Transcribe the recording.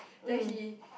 then he